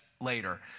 later